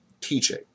teaching